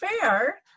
fair